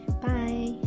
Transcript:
Bye